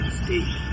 state